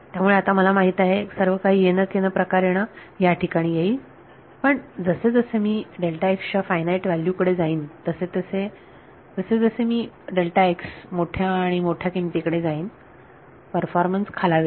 त्यामुळे आता मला माहित आहे सर्व काही येनकेनप्रकारेण याठिकाणी येईल पण जसे जसे मी च्या फायनाईट व्हॅल्यू कडे जाईन जसजसे मी मोठ्या आणि मोठ्या किमती कडे जाईन परफॉर्मन्स खालावेल